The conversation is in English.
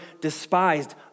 despised